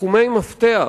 בתחומי מפתח,